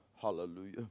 Hallelujah